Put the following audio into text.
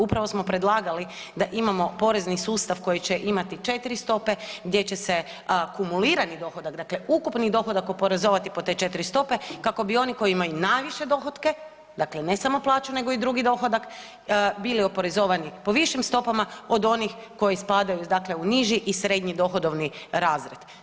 Upravo smo predlagali da imamo porezni sustav koji će imati 4 stope, gdje će se kumulirani dohodak, dakle ukupni dohodak oporozovati po te 4 stope kako bi oni koji imaju najviše dohotke, dakle ne samo plaću nego i drugi dohodak bili oporezovani po višim stopama od onih koji spadaju dakle u niži i srednji dohodovni razred.